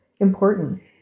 important